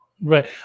Right